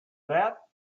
that